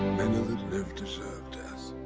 many that live deserve death.